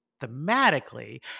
thematically